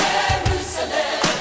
Jerusalem